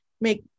make